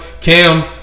Cam